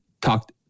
talked